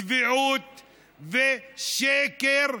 צביעות ושקר.